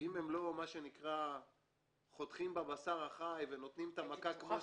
שאם הם לא חותכים בבשר החי ונותנים את המכה כמו